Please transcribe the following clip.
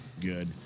good